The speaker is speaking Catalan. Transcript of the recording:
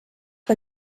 que